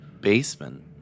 Basement